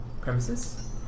premises